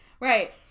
Right